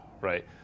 right